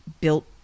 built